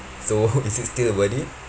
so who is it still worth it